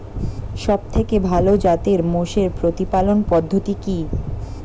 সবথেকে ভালো জাতের মোষের প্রতিপালন পদ্ধতি কি?